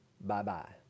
Bye-bye